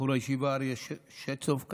בחור הישיבה אריה שצ'ופק,